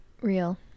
Real